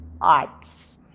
arts